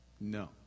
No